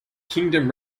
kingdom